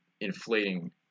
inflating